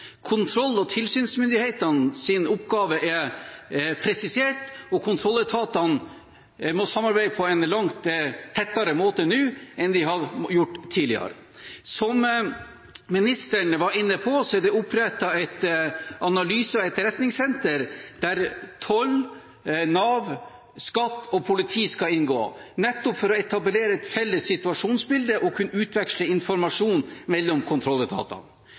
Kontroll- og tilsynsmyndighetenes oppgave er presisert, og kontrolletatene må samarbeide mye tettere nå enn de har gjort tidligere. Som ministeren var inne på, er det opprettet et analyse- og etterretningssenter der Tolletaten, Nav, skatteetaten og politiet skal inngå, nettopp for å etablere et felles situasjonsbilde og kunne utveksle informasjon mellom kontrolletatene.